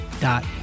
dot